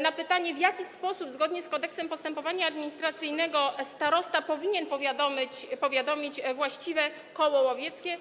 Na pytanie, w jaki sposób zgodnie z Kodeksem postępowania administracyjnego starosta powinien powiadomić właściwe koło łowieckie,